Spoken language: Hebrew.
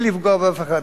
בלי לפגוע באף אחד,